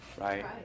right